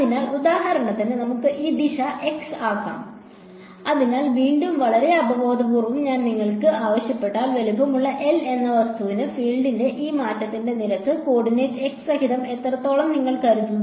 അതിനാൽ ഉദാഹരണത്തിന് നമുക്ക് ഈ ദിശ x ആകാം അതിനാൽ വീണ്ടും വളരെ അവബോധപൂർവ്വം ഞാൻ നിങ്ങളോട് ആവശ്യപ്പെട്ടാൽ വലുപ്പമുള്ള L എന്ന വസ്തുവിന് ഫീൽഡിന്റെ ഈ മാറ്റത്തിന്റെ നിരക്ക് കോർഡിനേറ്റ് x സഹിതം എത്രത്തോളം നിങ്ങൾ കരുതുന്നു